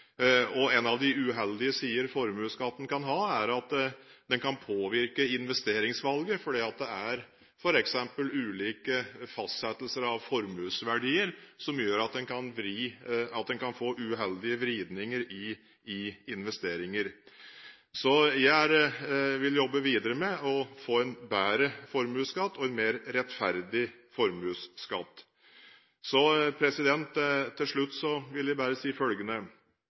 skatteopplegget. En av de uheldige sidene formuesskatten kan ha, er at den kan påvirke investeringsvalget fordi det f.eks. er ulik fastsettelse av formuesverdier som gjør at en kan få uheldige vridninger i investeringer. Jeg vil jobbe videre med å få en bedre formuesskatt og en mer rettferdig formuesskatt. Til slutt vil jeg bare si følgende: